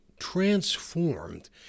transformed